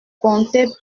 comptais